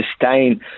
sustain